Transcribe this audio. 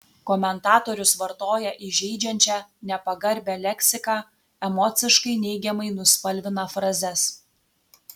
komentatorius vartoja įžeidžiančią nepagarbią leksiką emociškai neigiamai nuspalvina frazes